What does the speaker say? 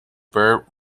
burt